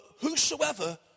whosoever